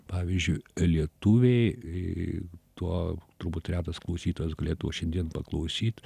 pavyzdžiui lietuviai tuo turbūt retas klausytojas galėtų šiandien paklausyt